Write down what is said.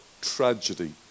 tragedy